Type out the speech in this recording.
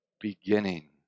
beginning